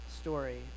story